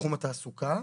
בתחום התעסוקה,